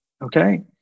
okay